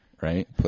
right